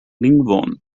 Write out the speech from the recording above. lingvon